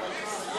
הבנו מצוין.